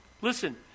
Listen